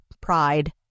pride